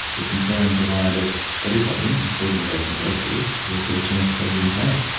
which in turn provided everybody including those investors with the returns that they were being paid.